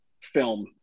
film